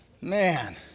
Man